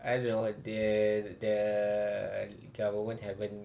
I don't know the the government haven't